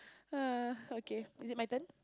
[hur] okay is it my turn